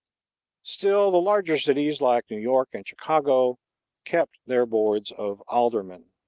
still the larger cities like new york and chicago kept their boards of aldermen.